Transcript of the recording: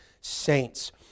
saints